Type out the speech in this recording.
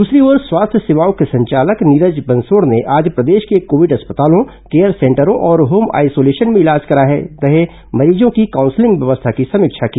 दूसरी ओर स्वास्थ्य सेवाओं के संचालक नीरज बंसोड़ ने आज प्रदेश के कोविड अस्पतालों केयर सेंटरों और होम आइसोलेशन में इलाज करा रहे मरीजों की काउंसिलिंग व्यवस्था की समीक्षा की